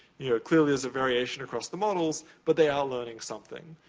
yeah clearly there's a variation across the models but they are learning something.